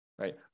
right